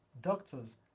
doctors